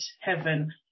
heaven